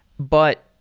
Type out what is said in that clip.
but